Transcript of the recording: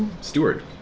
Steward